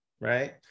right